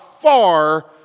far